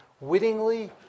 wittingly